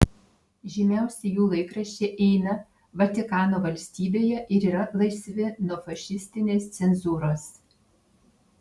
žymiausi jų laikraščiai eina vatikano valstybėje ir yra laisvi nuo fašistinės cenzūros